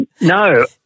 No